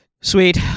Sweet